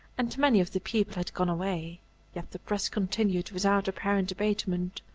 and many of the people had gone away yet the press continued without apparent abatement.